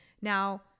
Now